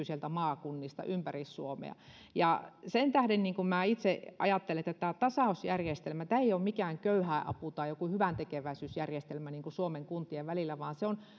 sieltä maakunnista ympäri suomea ja sen tähden minä itse ajattelen että tämä tasausjärjestelmä ei ole mikään köyhäinapu tai joku hyväntekeväisyysjärjestelmä suomen kuntien välillä vaan se on